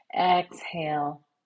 exhale